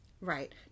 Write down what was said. Right